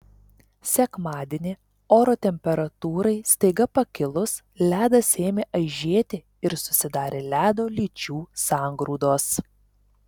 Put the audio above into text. sekmadienį oro temperatūrai staiga pakilus ledas ėmė aižėti ir susidarė ledo lyčių sangrūdos